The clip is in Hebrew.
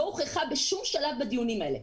לא הוכחה בשום שלב בדיונים האלה.